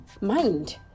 mind